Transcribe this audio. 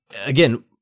again